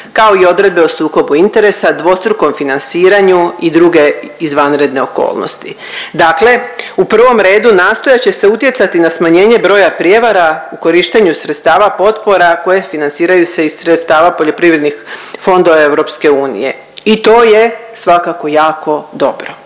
kao i odredbe o sukobu interesa, dvostrukom financiranju i druge izvanredne okolnosti. Dakle, u prvom redu nastojat će se utjecati na smanjenje broja prijevara u korištenju sredstava potpora koje financiraju se iz sredstava poljoprivrednih fondova EU i to je svakako jako dobro,